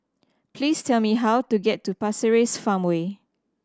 please tell me how to get to Pasir Ris Farmway